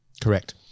Correct